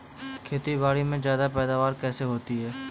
खेतीबाड़ी में ज्यादा पैदावार कैसे होती है?